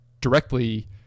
directly